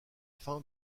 fin